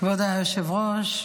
כבוד היושב-ראש,